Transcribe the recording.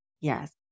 Yes